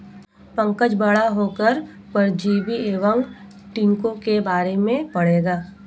पंकज बड़ा होकर परजीवी एवं टीकों के बारे में पढ़ेगा